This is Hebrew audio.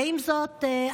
עם זאת,